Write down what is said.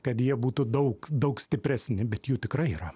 kad jie būtų daug daug stipresni bet jų tikrai yra